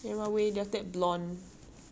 I think got photos lah